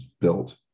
built